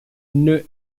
entre